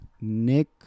Nick